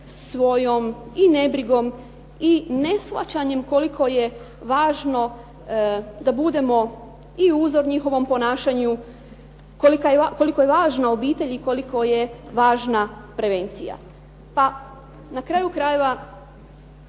svojom i nebrigom i ne shvaćanjem koliko je važno da budemo i uzor njihovom ponašanju, koliko je važna obitelj i koliko je važna prevencija. Pa na kraju krajeva